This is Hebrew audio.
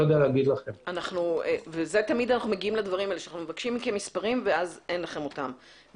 תמיד אנחנו מבקשים מספרים מכן, ואין לכם אותם.